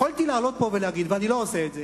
יכולתי לעלות לפה ולהגיד, ואני לא עושה את זה,